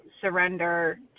surrender